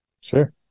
Sure